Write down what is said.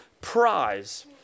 prize